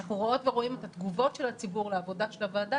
אנחנו רואות ורואים את התגובות של הציבור לעבודה של הוועדה